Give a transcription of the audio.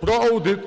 про аудит